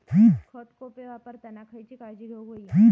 खत कोळपे वापरताना खयची काळजी घेऊक व्हयी?